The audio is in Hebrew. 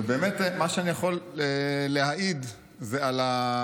ובאמת מה שאני יכול להעיד, זה על,